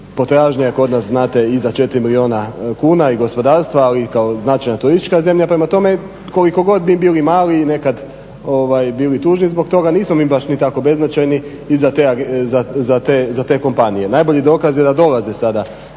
Potražnja je kod nas znate i za 4 milijuna kuna i gospodarstva ali i kao značajna turistička zemlja, prema tome koliko god mi bili mali i nekad bili tužni zbog toga nismo mi baš ni tako beznačajni i za te kompanije. Najbolji dokaz je da dolaze sada